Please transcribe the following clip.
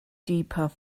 deeper